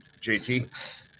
JT